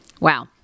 Wow